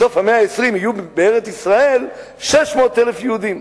בסוף המאה ה-20 יהיו בארץ-ישראל 600,000 יהודים.